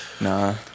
nah